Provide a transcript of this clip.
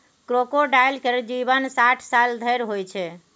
crocodile केर जीबन साठि साल धरि होइ छै